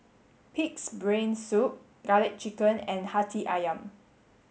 pig's brain soup garlic chicken and Hati Ayam